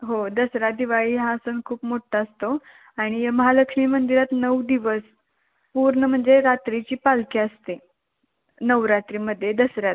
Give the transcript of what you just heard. हो दसरा दिवाळी हा सण खूप मोठा असतो आणि महालक्ष्मी मंदिरात नऊ दिवस पूर्ण म्हणजे रात्रीची पालखी असते नवरात्रीमध्ये दसऱ्यात